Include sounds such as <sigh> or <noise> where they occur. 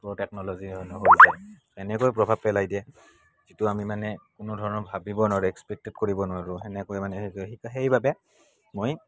<unintelligible> এনেকৈ প্ৰভাৱ পেলাই দিয়ে যিটো আমি মানে কোনো ধৰণৰ ভাবিব নোৱাৰোঁ এশপেক্ট কৰিব নোৱাৰোঁ সেনেকৈ মানে সেইবাবে মই